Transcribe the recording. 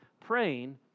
praying